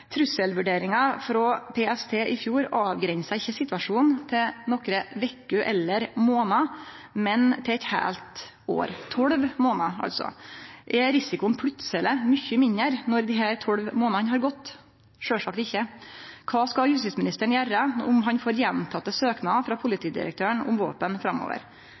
Trusselvurderinga frå PST i fjor avgrensa ikkje situasjonen til nokre veker eller månader, men til eit heilt år – tolv månader, altså. Er risikoen plutseleg mykje mindre når desse tolv månadene har gått? Sjølvsagt ikkje. Kva skal justisministeren gjere om han får gjentekne søknader frå politidirektøren om våpen framover?